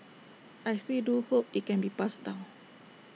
I still do hope IT can be passed down